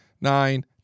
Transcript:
nine